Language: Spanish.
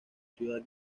ciudad